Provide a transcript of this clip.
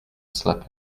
slip